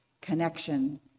connection